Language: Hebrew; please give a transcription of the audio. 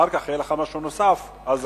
אחר כך, יהיה לך משהו נוסף, אין בעיה.